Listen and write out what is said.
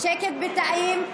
אני מבקשת שקט בתאים.